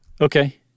Okay